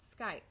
Skype